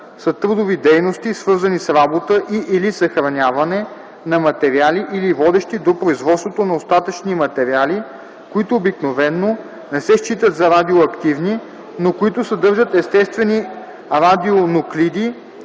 съдържат естествени радионуклиди,